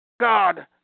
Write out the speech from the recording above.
God